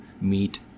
meet